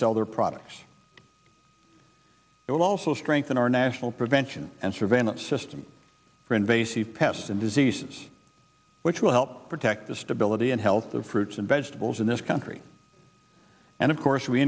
sell their products but also strengthen our national prevention and surveillance system for invasive pests and diseases which will help protect the stability and health of fruits and vegetables in this country and of course we